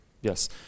Yes